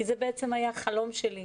כי זה היה החלום שלי.